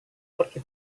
pergi